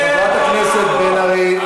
חברת הכנסת בן ארי,